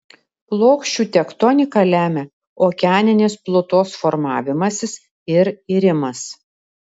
plokščių tektoniką lemia okeaninės plutos formavimasis ir irimas